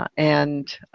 ah and